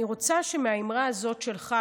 אני רוצה שמהאמירה הזאת שלך,